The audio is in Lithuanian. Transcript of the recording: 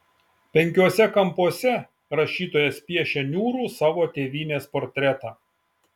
penkiuose kampuose rašytojas piešia niūrų savo tėvynės portretą